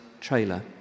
trailer